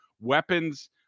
weapons